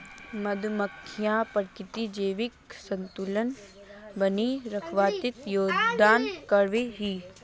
मधुमक्खियां प्रकृतित जैविक संतुलन बनइ रखवात योगदान कर छि